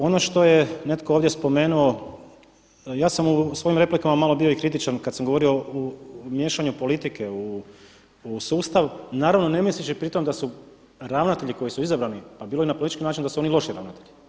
Ono što je netko ovdje spomenuo ja sam u svojim replikama malo bio i kritičan kad sam govorio o miješanju politike u sustav, naravno ne misleći pritom da su ravnatelji koji su izabrani pa bilo i politički način da su oni loši ravnatelji.